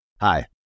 Hi